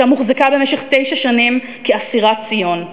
ושם הוחזקה במשך תשע שנים כאסירת ציון.